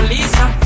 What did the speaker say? Lisa